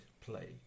play